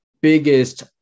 biggest